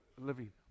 living